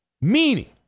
meaning